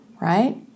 right